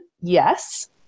Yes